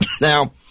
Now